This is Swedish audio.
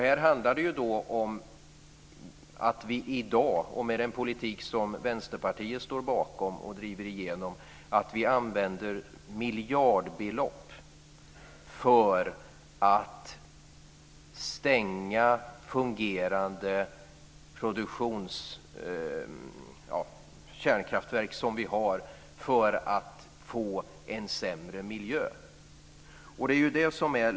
Här handlar det om att vi i dag med den politik som Vänsterpartiet står bakom och driver igenom använder miljardbelopp för att stänga fungerande kärnkraftverk för att få en sämre miljö.